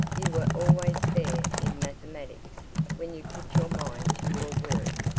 you were always fair in mathematics when you put your mind to your work.